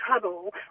trouble